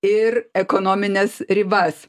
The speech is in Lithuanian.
ir ekonomines ribas